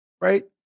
right